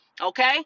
okay